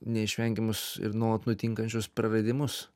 neišvengiamus ir nuolat nutinkančius praradimus